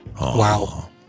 Wow